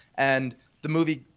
and the movie,